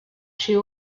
she